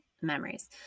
memories